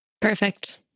Perfect